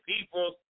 people